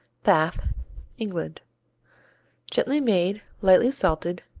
bath england gently made, lightly salted,